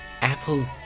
apple